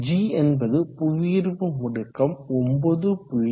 g என்பது புவியீர்ப்பு முடுக்கம் 9